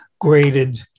graded